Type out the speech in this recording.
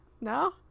no